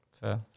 Fair